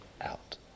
out